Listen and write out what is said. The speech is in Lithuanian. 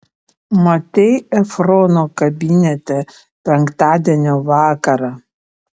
matei efrono kabinete penktadienio vakarą